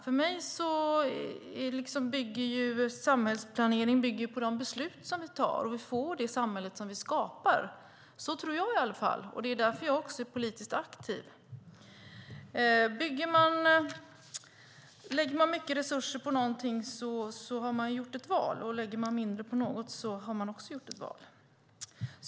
För mig bygger samhällsplanering på de beslut vi tar, och vi får det samhälle vi skapar. Så tror jag i alla fall, och det är också därför jag är politiskt aktiv. Lägger man mycket resurser på någonting har man gjort ett val, och lägger man mindre resurser på något har man också gjort ett val.